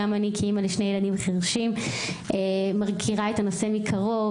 גם אני כאימא לשני ילדים חירשים מכירה את הנושא מקרוב,